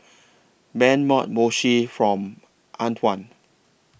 Ben bought Mochi from Antwon